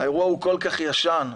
כך ישן.